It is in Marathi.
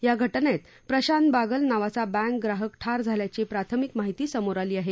या घटनेत प्रशांत बागल नावाचा बँक ग्राहक ठार झाल्याची प्राथमिक माहिती समोर आली आहे